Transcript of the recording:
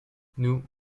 nous